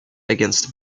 against